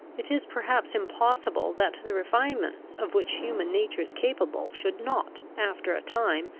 it is perhaps impossible that the refinements of which human nature is capable should not, after a time,